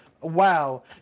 Wow